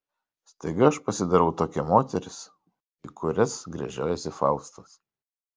staiga aš pasidarau tokia moteris į kurias gręžiojasi faustas